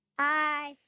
Hi